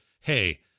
hey